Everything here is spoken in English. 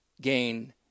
gain